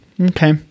Okay